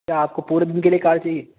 کیا آپ کو پورے دن کے لیے کار چاہیے